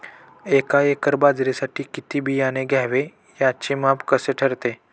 एका एकर बाजरीसाठी किती बियाणे घ्यावे? त्याचे माप कसे ठरते?